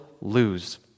lose